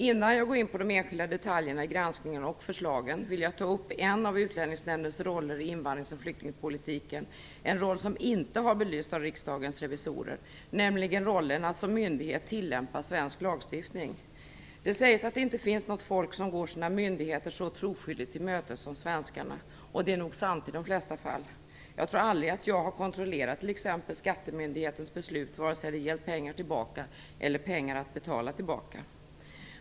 Innan jag går in på de enskilda detaljerna i granskningen och förslagen, vill jag ta upp en av Utlänningsnämndens roller i invandrings och flyktingpolitiken - en roll som inte har belysts av Riksdagens revisorer - nämligen rollen att som myndighet tillämpa svensk lagstiftning. Det sägs att det inte finns något folk som går sina myndigheter så troskyldigt till mötes som svenskarna. Och det är nog sant i de flesta fall. Jag tror aldrig att jag har kontrollerat t.ex. skattemyndighetens beslut, vare sig det gällt pengar tillbaka eller pengar att betala tillbaka.